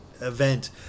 event